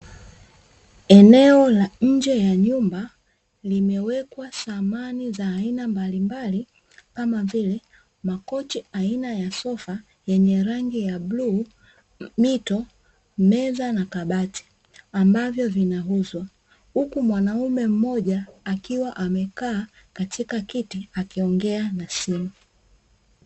Eneo la nje ya nyumba limewekwa samani za aina mbalimbali kama vile makochi aina ya sofa yenye rangi ya bluu, mito, meza na kabati ambavyo vinauzwa, huku mwanaume mmoja akiwa amekaa katika kiti akiongea na simu.